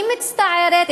אני מצטערת,